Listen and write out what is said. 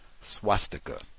swastika